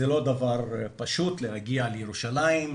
זה לא דבר פשוט להגיע לירושלים,